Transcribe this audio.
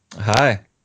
Hi